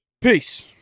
Peace